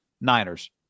Niners